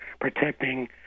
protecting